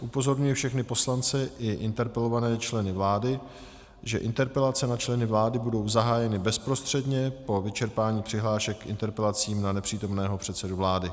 Upozorňuji všechny poslance i interpelované členy vlády, že interpelace na členy vlády budou zahájeny bezprostředně po vyčerpání přihlášek k interpelacím na nepřítomného předsedu vlády.